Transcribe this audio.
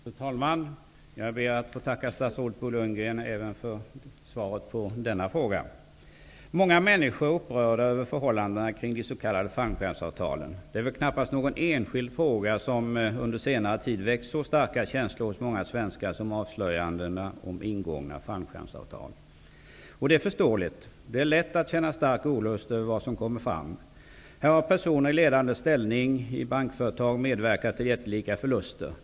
Fru talman! Jag ber att få tacka statsrådet Bo Lundgren även för svaret på denna fråga. Många människor är upprörda över förhållandena kring de s.k. fallskärmsavtalen. Det är väl knappast någon enskild fråga som under senare tid väckt så starka känslor hos många svenskar som avslöjandena om ingångna fallskärmsavtal. Det är förståeligt. Det är lätt att känna stark olust över vad som kommer fram. Här har personer i ledande ställning i bankföretag medverkat till jättelika förluster.